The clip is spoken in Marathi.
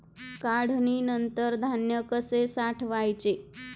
काढणीनंतर धान्य कसे साठवायचे?